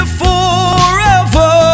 forever